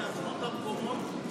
עזבו את המקומות,